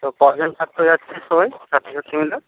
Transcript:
তো কজন ছাত্র যাচ্ছে সবাই ছাত্রছাত্রী মিলে